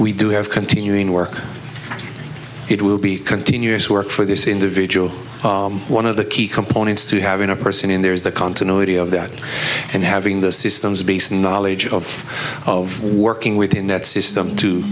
we do have continuing work it will be continuous work for this individual one of the key components to having a person in there is the continuity of that and having the systems based knowledge of of working within that system to